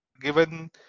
given